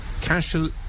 Cashel